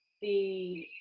the